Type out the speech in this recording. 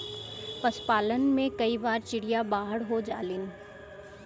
पशुपालन में कई बार चिड़िया बाहर हो जालिन